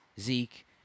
Zeke